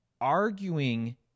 arguing